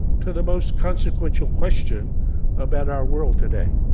to the most consequential question about our world today